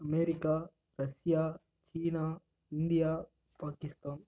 America Russia China India Pakistan